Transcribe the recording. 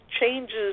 changes –